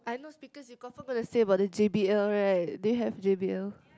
I know speakers you confirm gonna say about the J_B_L right do you have J_B_L